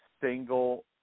single